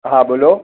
હા બોલો